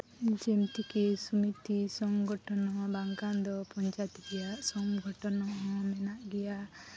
ᱡᱮᱢᱛᱤ ᱠᱤ ᱥᱚᱢᱤᱛᱤ ᱥᱚᱝᱜᱚᱴᱷᱚᱱ ᱦᱚᱸ ᱵᱟᱝᱠᱷᱟᱱ ᱫᱚ ᱯᱚᱧᱪᱟᱭᱮᱛ ᱨᱮᱭᱟᱜ ᱥᱚᱝᱜᱚᱴᱷᱚᱱ ᱦᱚᱸ ᱢᱮᱱᱟᱜ ᱜᱮᱭᱟ